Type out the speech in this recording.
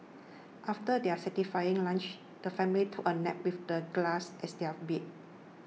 after their satisfying lunch the family took a nap with the grass as their bed